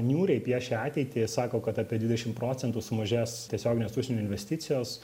niūriai piešia ateitį sako kad apie dvidešim procentų sumažės tiesioginės užsienio investicijos